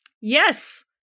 Yes